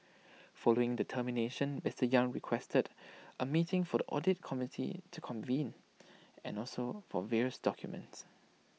following the termination Mister yang requested A meeting for the audit committee to convened and also for various documents